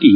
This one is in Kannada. ಟಿ